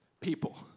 people